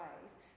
ways